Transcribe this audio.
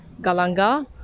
galanga